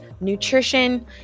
nutrition